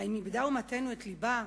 האם איבדה אומתנו את לבה?